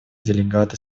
делегаты